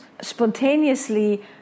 spontaneously